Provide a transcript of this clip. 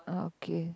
okay